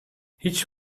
هیچ